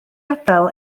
adael